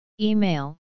Email